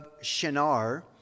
Shinar